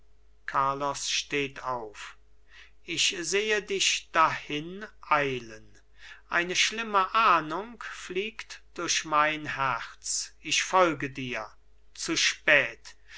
carlos steht auf ich sehe dich dahin eilen eine schlimme ahndung fliegt durch mein herz ich folge dir zu spät